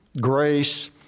grace